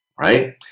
right